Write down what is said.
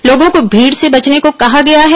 लोगों को भीड़ से बचने को कहा गया है